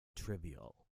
trivial